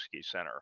center